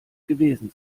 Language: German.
gewesen